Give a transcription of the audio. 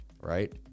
right